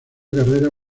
carrera